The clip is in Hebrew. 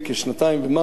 שנתיים וחצי,